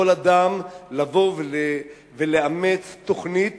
יכול אדם לבוא ולאמץ תוכנית